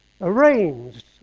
arranged